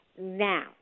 Now